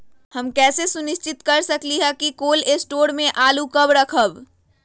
हम कैसे सुनिश्चित कर सकली ह कि कोल शटोर से आलू कब रखब?